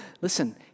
Listen